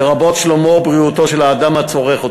לרבות שלומו ובריאותו של האדם הצורך אותו.